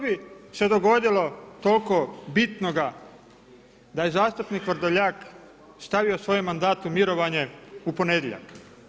Što bi se dogodilo toliko bitnoga da je zastupnik Vrdoljak stavio svoj mandat u mirovanje u ponedjeljak?